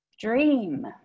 Dream